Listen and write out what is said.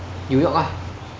new york ah